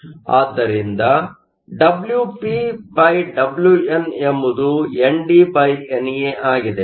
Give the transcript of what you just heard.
ಆದ್ದರಿಂದ WpWn ಎಂಬುದು NDNA ಆಗಿದೆ